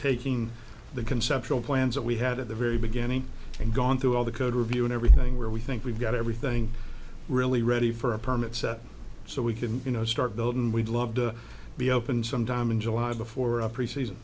taking the conceptual plans that we had at the very beginning and gone through all the code review and everything where we think we've got everything really ready for a permit set so we can you know start building we'd love to be open sometime in july before a preseason